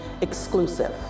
exclusive